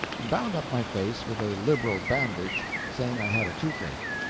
and bound up my face with a liberal bandage, saying i had a toothache.